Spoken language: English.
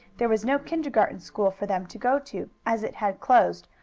there was no kindergarten school for them to go to, as it had closed,